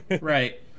Right